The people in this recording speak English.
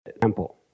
temple